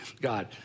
God